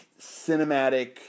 cinematic